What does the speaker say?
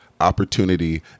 opportunity